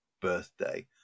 birthday